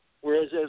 Whereas